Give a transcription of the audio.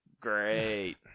Great